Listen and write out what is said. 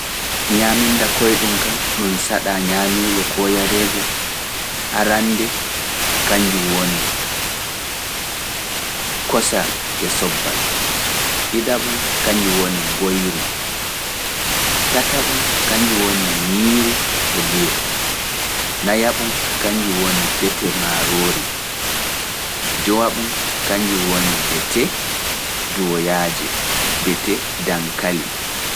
Ñaaminda koyɗum kam ɗum saɗa ñaameego koo yareego arande kañjun woni kosam e sobbal, ɗiɗaɓum kañjun woni mboyri, tataɓum kañju woni ñiiri e liyo, nayaɓum kañjun woni bete maaroori, jowaɓum kañjun woni bete dooyaaje, bete daŋkali.